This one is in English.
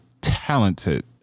talented